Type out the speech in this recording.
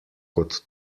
kot